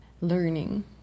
learning